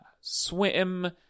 swim